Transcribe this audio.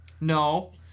No